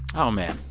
oh man.